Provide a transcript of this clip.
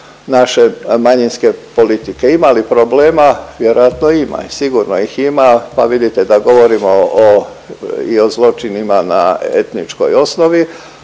naše manjinske politike. Ima li problema? Vjerojatno ima i sigurno ih ima, pa vidite da govorimo i o zločinima na etničkoj osnovi,